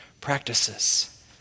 practices